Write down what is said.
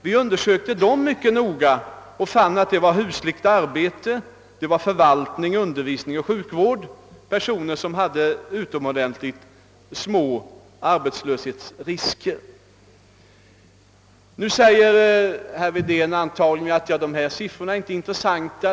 Vi undersökte dem mycket noga och fann att det var folk i husligt arbete, förvaltning, under visning och sjukvård personer som hade utomordentligt små arbetslöshetsrisker. Nu säger herr Wedén antagligen att dessa siffror inte är intressanta.